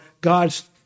God's